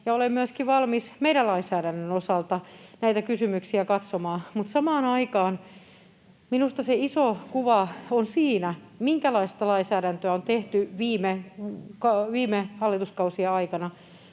olen myöskin valmis meidän lainsäädännön osalta näitä kysymyksiä katsomaan. Samaan aikaan minusta se iso kuva on siinä, minkälaista lainsäädäntöä on tehty viime hallituskausien aikana.